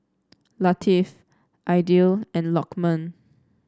Latif Aidil and Lokman